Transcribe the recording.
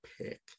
pick